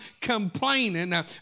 complaining